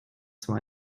zwar